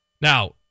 Now